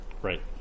Right